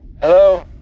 Hello